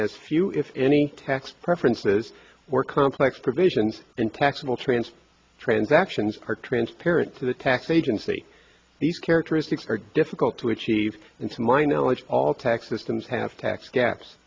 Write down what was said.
has few if any tax preferences or complex provisions in taxable transfer transactions are transparent to the tax agency these characteristics are difficult to achieve and to my knowledge all tax systems have tax gaps